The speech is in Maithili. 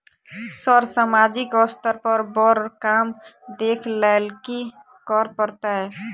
सर सामाजिक स्तर पर बर काम देख लैलकी करऽ परतै?